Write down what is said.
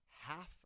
half